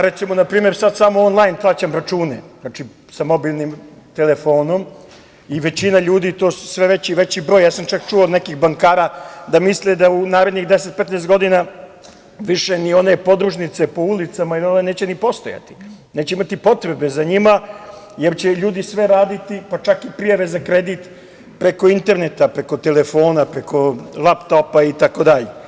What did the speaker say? Recimo, na primer, ja sad samo onlajn plaćam račune, znači sa mobilnim telefonom i većina ljudi, to su sve veći i veći brojevi, ja sam čak čuo od nekih bankara da misle da u narednih 10-15 godina više ni one podružnice po ulicama neće ni postojati, neće imati potrebe za njima, jer će ljudi sve raditi, pa čak i prijave za kredit preko interneta, preko telefona, preko lap-topa itd.